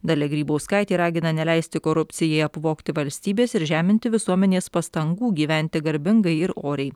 dalia grybauskaitė ragina neleisti korupcijai apvogti valstybės ir žeminti visuomenės pastangų gyventi garbingai ir oriai